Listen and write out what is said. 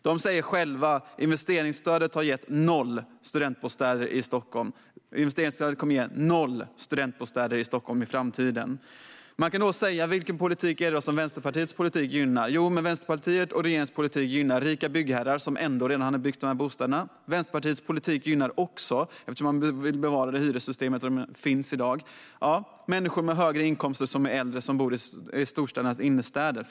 De säger själva: Investeringsstödet har gett noll studentbostäder i Stockholm. Investeringsstödet kommer att ge noll studentbostäder i Stockholm i framtiden. Man kan då fråga: Vilka är det som Vänsterpartiets politik gynnar? Jo, Vänsterpartiets och regeringens politik gynnar rika byggherrar som ändå hade byggt dessa bostäder. Vänsterpartiets politik gynnar också, eftersom man vill bevara det hyressystem som finns i dag, människor med högre inkomster och som är äldre och som bor i storstädernas innerstäder.